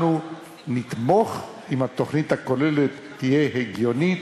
אנחנו נתמוך אם התוכנית הכוללת תהיה הגיונית,